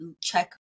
check